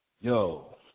yo